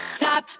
top